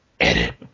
Edit